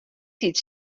tiid